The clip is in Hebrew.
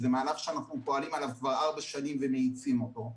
זה מהלך שאנחנו פועלים עליו כבר ארבע שנים ומאיצים אותו.